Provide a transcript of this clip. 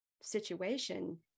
situation